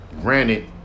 Granted